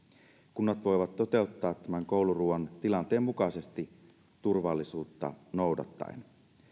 kunnat voivat toteuttaa tämän kouluruuan tilanteen mukaisesti turvallisuutta noudattaen